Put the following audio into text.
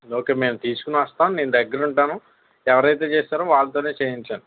ఒకే మేము తీసుకొని వస్తాము నేను దగ్గర ఉంటాను ఎవరైతే చేశారో వాళ్ళతోనే చేయించండి